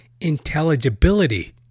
intelligibility